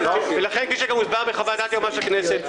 כפי שגם הוסבר בחוות הדעת שהוגשה לכנסת,